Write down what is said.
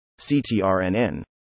CTRNN